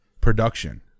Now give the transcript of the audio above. production